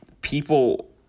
people